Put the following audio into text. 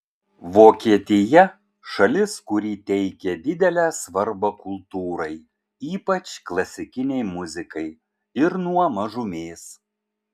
vokietija šalis kuri teikia didelę svarbą kultūrai ypač klasikinei muzikai ir nuo mažumės